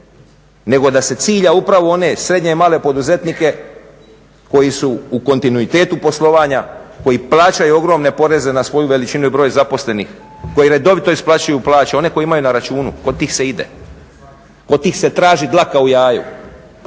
nego da se cilja upravo one srednje i male poduzetnike koji su u kontinuitetu poslovanja, koji plaćaju ogromne poreze na svoju veličinu i broj zaposlenih, koji redovito isplaćuju plaće. One koji imaju na računu kod tih se ide, kod tih se traži dlaka u jaju,